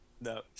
No